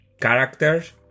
characters